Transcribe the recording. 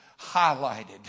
highlighted